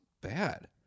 bad